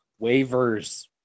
Waivers